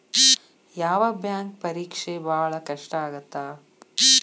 ಯಾವ್ ಬ್ಯಾಂಕ್ ಪರೇಕ್ಷೆ ಭಾಳ್ ಕಷ್ಟ ಆಗತ್ತಾ?